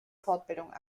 fortbildung